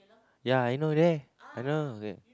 ya I know there I know